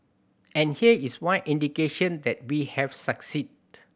and here is one indication that we have succeeded